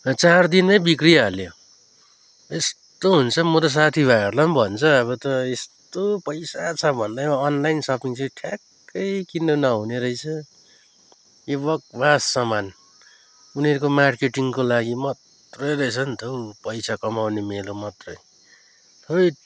हन चार दिनमै बिग्रिहाल्यो यस्तो हुन्छ म त साथी भाइहरूलाई पनि भन्छु अब त यस्तो पैसा छ भन्दैमा अनलाइन सपिङ चाहिँ ठ्याक्कै किन्नु नहुने रहेछ यो बकवास सामान उनीहरूको मार्केटिङको लागि मात्रै रहेछ नि त हौ पैसा कमाउने मेलो मात्रै थैट